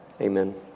amen